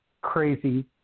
crazy